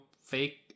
fake